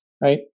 Right